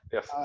Yes